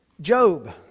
Job